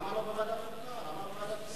למה לא בוועדת החוקה?